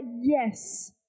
yes